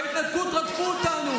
למה, בהתנתקות רדפו אותנו.